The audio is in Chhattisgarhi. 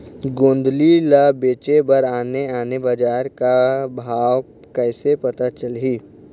गोंदली ला बेचे बर आने आने बजार का भाव कइसे पता चलही?